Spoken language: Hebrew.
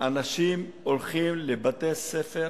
אנשים הולכים לבתי-ספר